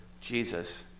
Jesus